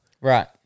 Right